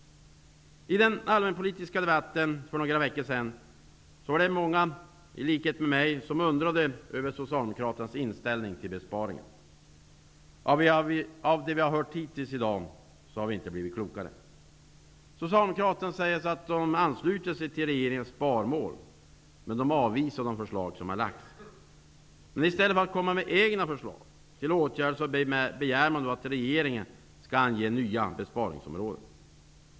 I den allmänpolitiska debatten för några veckor sedan var det många som, i likhet med mig, undrade över Socialdemokraternas inställning till besparingar. Av det som vi har hört hittills i dag har vi inte blivit klokare. Socialdemokraterna säger att de ansluter sig till regeringens sparmål, men de avvisar de förslag som lagts fram. I stället för att komma med egna förslag till åtgärder begär man att regeringen skall ange nya besparingsområden.